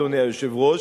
אדוני היושב-ראש,